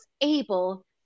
able